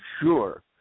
sure